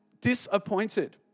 disappointed